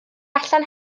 allan